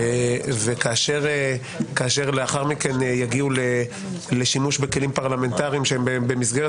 וכאשר לאחר מכן יגיעו לשימוש בכלים פרלמנטריים שהם במסגרת